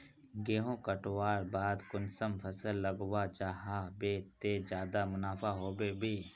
गेंहू कटवार बाद कुंसम फसल लगा जाहा बे ते ज्यादा मुनाफा होबे बे?